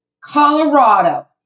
Colorado